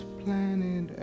planet